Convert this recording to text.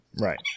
Right